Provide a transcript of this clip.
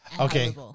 Okay